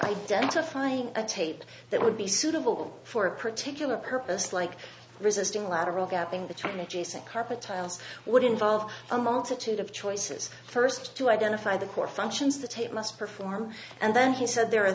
identifying a tape that would be suitable for a particular purpose like resisting lateral gapping between adjacent carpet tiles would involve a multitude of choices first to identify the core functions the tape must perform and then he said there are